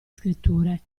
scritture